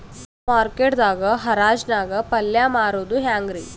Market ದಾಗ್ ಹರಾಜ್ ನಾಗ್ ಪಲ್ಯ ಮಾರುದು ಹ್ಯಾಂಗ್ ರಿ?